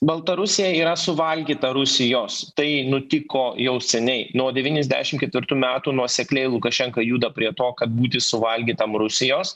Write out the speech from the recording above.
baltarusija yra suvalgyta rusijos tai nutiko jau seniai nuo devyniasdešim ketvirtų metų nuosekliai lukašenka juda prie to kad būti suvalgytam rusijos